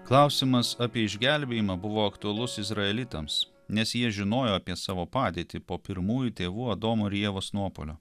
klausimas apie išgelbėjimą buvo aktualus izraelitams nes jie žinojo apie savo padėtį po pirmųjų tėvų adomo ir ievos nuopuolio